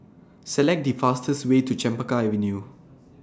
Select The fastest Way to Chempaka Avenue